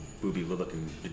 booby-looking